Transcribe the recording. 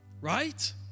Right